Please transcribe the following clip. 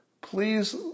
Please